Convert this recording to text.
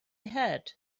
had